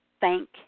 thank